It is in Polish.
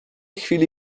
chwili